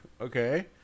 okay